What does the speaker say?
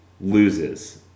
loses